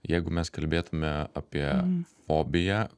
jeigu mes kalbėtume apie fobiją